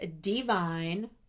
divine